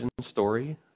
story